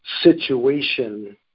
Situation